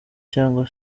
cyangwa